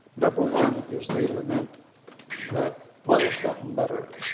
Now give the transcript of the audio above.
number one is they lament that while it's gotten better,